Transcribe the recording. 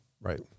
Right